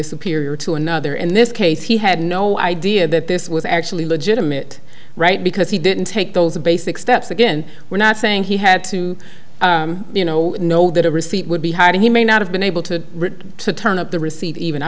is superior to another in this case he had no idea that this was actually legitimate right because he didn't take those basic steps again we're not saying he had to you know know that a receipt would be hiding he may not have been able to return to turn up the receipt even i